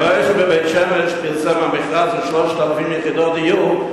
שבבית-שמש פורסם מכרז ל-3,000 יחידות דיור,